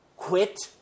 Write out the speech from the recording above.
Quit